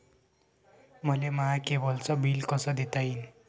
मले माया केबलचं बिल कस देता येईन?